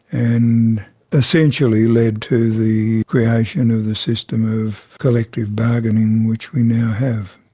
and essentially led to the creation of the system of collective bargaining which we now have.